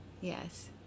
Yes